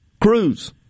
Cruise